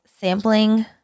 sampling